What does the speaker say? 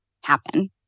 happen